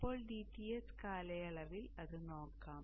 ഇപ്പോൾ dTs കാലയളവിൽ അത് നോക്കാം